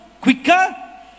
quicker